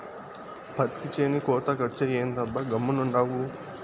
పత్తి చేను కోతకొచ్చే, ఏందబ్బా గమ్మునుండావు